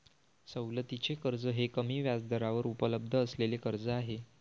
सवलतीचे कर्ज हे कमी व्याजदरावर उपलब्ध असलेले कर्ज आहे